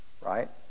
right